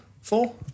four